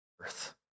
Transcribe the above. earth